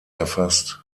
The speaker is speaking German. erfasst